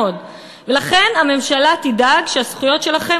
ולכן הממשלה תדאג שהזכויות שלכם,